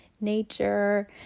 nature